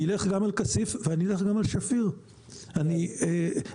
אני אלך גם על כסיף ואני אלך גם על שפיר.